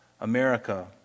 America